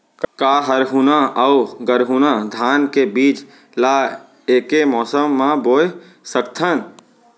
का हरहुना अऊ गरहुना धान के बीज ला ऐके मौसम मा बोए सकथन?